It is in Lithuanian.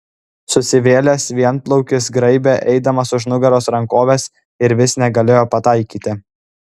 susivėlęs vienplaukis graibė eidamas už nugaros rankoves ir vis negalėjo pataikyti